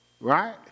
Right